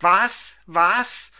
was was